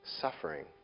suffering